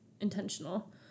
intentional